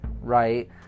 right